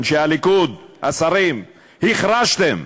אנשי הליכוד, השרים, החרשתם.